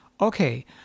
Okay